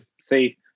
See